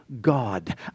God